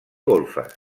golfes